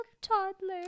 toddler